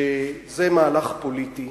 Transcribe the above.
שזה מהלך פוליטי.